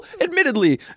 admittedly